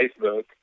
Facebook